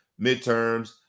midterms